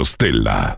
Stella